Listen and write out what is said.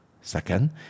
Second